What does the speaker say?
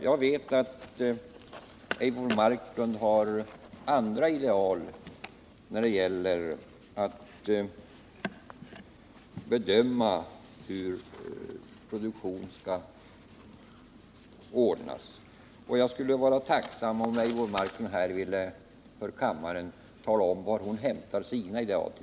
Jag vet att Eivor Marklund har andra ideal när det gäller att bedöma hur produktion skall ordnas, och jag skulle vara tacksam om Eivor Marklund här för kammaren ville tala om var hon hämtar sina ideal.